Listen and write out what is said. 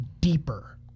deeper